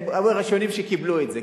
הן הראשונות שקיבלו את זה,